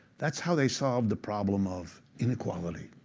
that's how they solved the problem of inequality.